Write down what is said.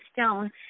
stone